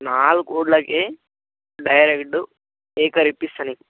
నాలుగు కోట్లకే direct acre ఇప్పిస్తాను నీకు